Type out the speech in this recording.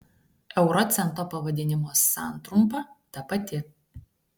euro cento pavadinimo santrumpa ta pati